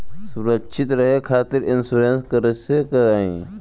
सुरक्षित रहे खातीर इन्शुरन्स कईसे करायी?